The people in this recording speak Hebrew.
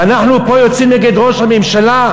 ואנחנו פה יוצאים נגד ראש הממשלה?